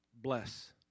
bless